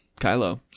Kylo